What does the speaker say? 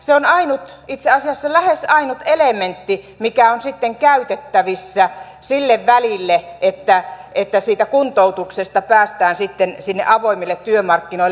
se on itse asiassa lähes ainut elementti mikä on sitten käytettävissä sille välille että kuntoutuksesta päästään sitten sinne avoimille työmarkkinoille